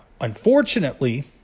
unfortunately